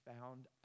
found